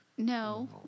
no